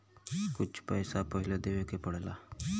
कुछ पैसा पहिले देवे के पड़ेला